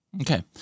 Okay